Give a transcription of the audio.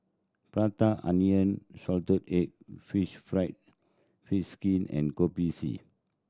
Prata Onion salted egg fish fried fish skin and Kopi C